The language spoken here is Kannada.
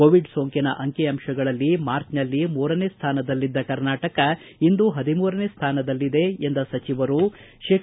ಕೋವಿಡ್ ಸೋಂಕಿನ ಅಂಕಿಅಂಶಗಳಲ್ಲಿ ಮಾರ್ಚ್ ನಲ್ಲಿ ಮೂರನೇ ಸ್ವಾನದಲ್ಲಿದ್ದ ಕರ್ನಾಟಕ ಇಂದು ಹದಿಮೂರನೇ ಸ್ಟಾನದಲ್ಲಿದೆ ಎಂದ ಸಚಿವರು ಶೇ